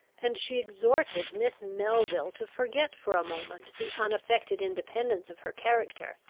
and she exhorted miss melville to forget for a moment the unaffected independence of her character,